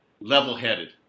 level-headed